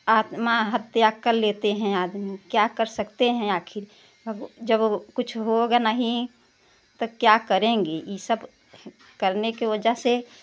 आत्महत्या कर लेते हैं आदमी क्या कर सकते हैं आखिर जब कुछ होगा नहीं तो क्या करेंगे इ सब करने के वजह से